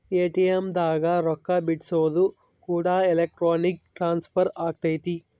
ATM ದಾಗ ರೊಕ್ಕ ಬಿಡ್ಸೊದು ಕೂಡ ಎಲೆಕ್ಟ್ರಾನಿಕ್ ಟ್ರಾನ್ಸ್ಫರ್ ಅಗೈತೆ